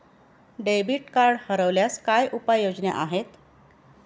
Debit card हरवल्यास काय उपाय योजना आहेत?